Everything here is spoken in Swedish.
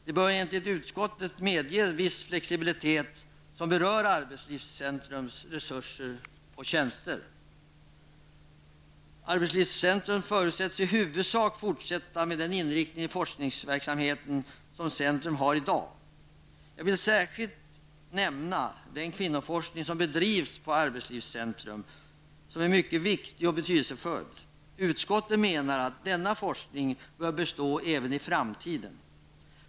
Det bör enligt utskottet medge en viss flexibilitet, som berör arbetslivscentrums resurser och tjänster. Arbetslivscentrum förutsätts i huvudsak fortsätta med den inriktning av forskningsverksamheten som detta centrum har i dag. Jag vill särskilt nämna den kvinnoforskning som bedrivs på arbetslivscentrum och som är mycket betydelsefull. Utskottet menar att denna forskning bör bestå även i framtiden.